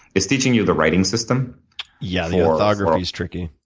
it's teaching you the writing system yeah, lithography's tricky.